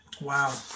Wow